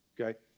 okay